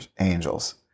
angels